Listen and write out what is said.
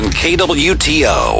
kwto